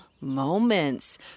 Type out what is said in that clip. moments